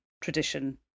tradition